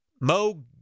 Mo